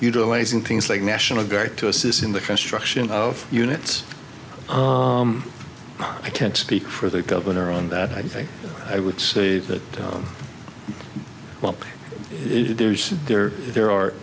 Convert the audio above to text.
utilizing things like national guard to assist in the construction of units i can't speak for the governor on that i think i would say that while there's there there are